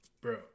bro